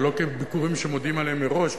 ולא כביקורים שמודיעים עליהם מראש,